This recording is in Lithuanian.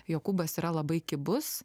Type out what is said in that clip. jokūbas yra labai kibus